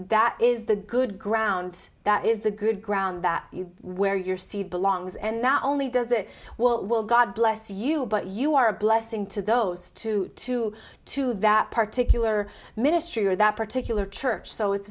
that is the good ground that is the good ground that you where your seed belongs and not only does it well god bless you but you are a blessing to those two to two that particular ministry or that particular church so it's